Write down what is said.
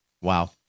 Wow